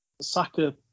Saka